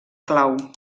clau